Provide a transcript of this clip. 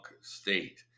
state